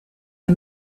the